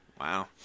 Wow